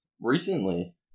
Recently